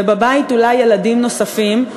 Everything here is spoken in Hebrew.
ובבית אולי ילדים נוספים,